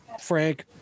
Frank